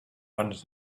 hundred